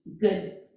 good